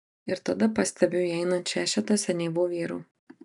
ir tada pastebiu įeinant šešetą senyvų vyrų